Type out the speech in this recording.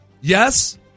Yes